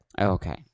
okay